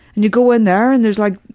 and you go in there and there's like,